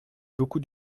beaucoup